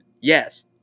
Yes